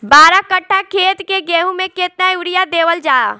बारह कट्ठा खेत के गेहूं में केतना यूरिया देवल जा?